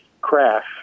crash